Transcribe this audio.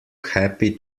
happy